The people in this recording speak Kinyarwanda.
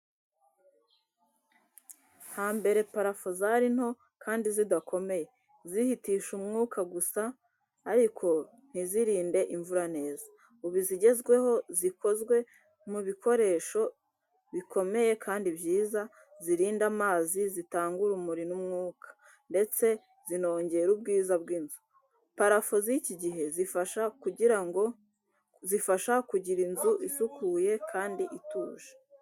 Hambere, parafo zari nto kandi zidakomeye, zihitisha umwuka gusa ariko ntizirinde imvura neza. Ubu, izigezweho zikozwe mu bikoresho bikomeye kandi byiza, zirinda amazi, zitanga urumuri n’umwuka, ndetse zinongera ubwiza bw’inzu. Parafo z’iki gihe zifasha kugira inzu isukuye kandi ituje.